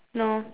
no